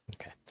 Okay